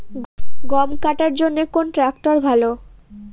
গম কাটার জন্যে কোন ট্র্যাক্টর ভালো?